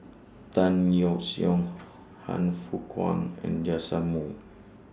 Tan Yeok Seong Han Fook Kwang and Joash Moo